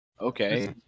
okay